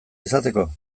izateko